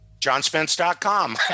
johnspence.com